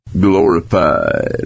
glorified